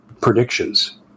predictions